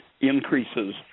increases